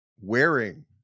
wearing